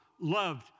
loved